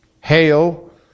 hail